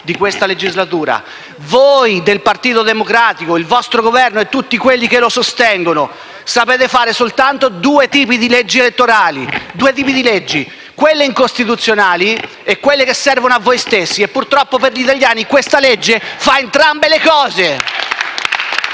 di questa legislatura. Voi del Partito Democratico, il vostro Governo e tutti quelli che lo sostengono sapete fare solo due tipi di leggi: quelle incostituzionali e quelle che servono a voi stessi e, purtroppo per gli italiani, questa legge fa entrambe le cose.